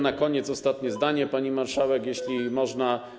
Na koniec ostatnie zdanie, pani marszałek, jeśli można.